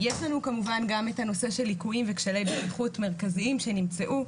יש לנו כמובן גם את הנושא של ליקויים וכשלי בטיחות מרכזיים שנמצאו,